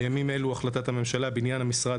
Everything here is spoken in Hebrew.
בימים אלו החלטת הממשלה בעניין המשרד